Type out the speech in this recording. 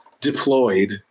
deployed